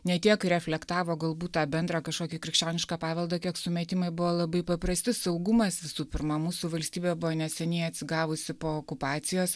ne tiek reflektavo galbūt tą bendrą kažkokį krikščionišką paveldą kiek sumetimai buvo labai paprasti saugumas visų pirma mūsų valstybė buvo neseniai atsigavusi po okupacijos